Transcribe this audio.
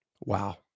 Wow